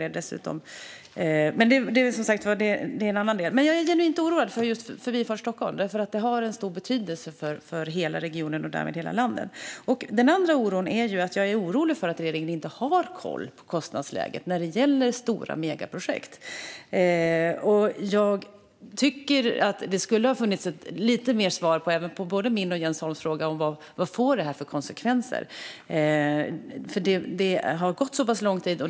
Men det är en annan del av diskussionen. Jag är genuint oroad för just Förbifart Stockholm eftersom den har en stor betydelse för hela regionen och därmed hela landet. Jag är även orolig för att regeringen inte har koll på kostnadsläget när det gäller stora megaprojekt. Jag tycker att det skulle ha funnits mer att svara på min och Jens Holms fråga om konsekvenserna. Det har gått så pass lång tid.